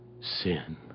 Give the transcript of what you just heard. sin